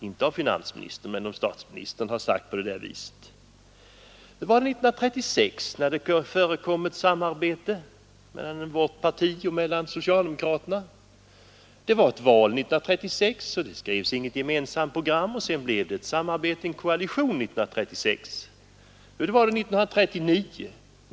Inte finansministern men statsministern har sagt på det viset. Hur var det 1936, när det förekom ett samarbete mellan vårt parti och socialdemokraterna? Det var ett val 1936, men det skrevs inget gemensamt program. Sedan blev det en koalition samma år. Hur var det 1939?